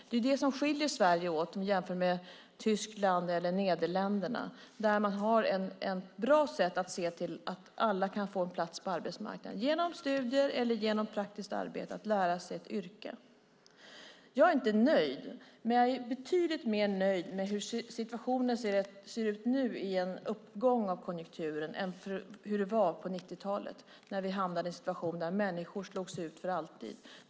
Det är det som skiljer Sverige från Tyskland och Nederländerna, där man har ett bra sätt att se till att alla kan få en plats på arbetsmarknaden, att genom studier eller genom praktiskt arbete lära sig ett yrke. Jag är inte nöjd, men jag är betydligt mer nöjd med situationen nu i en uppgång av konjunkturen än hur det var på 90-talet när vi hamnade i en situation där människor slogs ut för alltid.